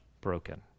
broken